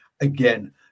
again